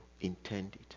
intended